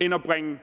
end at bringe